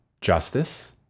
justice